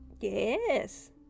Yes